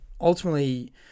ultimately